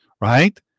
Right